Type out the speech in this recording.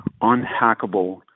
unhackable